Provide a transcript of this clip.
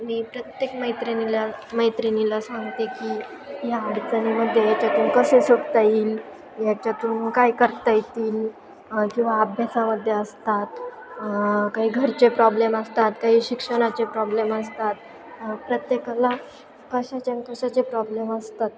मी प्रत्येक मैत्रिणीला मैत्रिणीला सांगते की या अडचणीमध्ये याच्यातून कसे सुटता येईल याच्यातून काय करता येतील किंवा अभ्यासामध्ये असतात काही घरचे प्रॉब्लेम असतात काही शिक्षणाचे प्रॉब्लेम असतात प्रत्येकाला कशाचे आणि कशाचे प्रॉब्लेम असतात